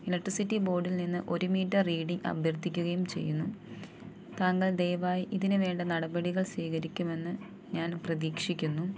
electricity ബോഡിൽ നിന്ന് ഒരു മീറ്റർ റീഡിങ് അഭ്യർത്ഥിക്കുകയും ചെയ്യുന്നു താങ്കൾ ദയവായി ഇതിനുവേണ്ട നടപടികൾ സ്വീകരിക്കുമെന്നു ഞാൻ പ്രതീക്ഷിക്കുന്നു